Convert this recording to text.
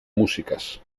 músicas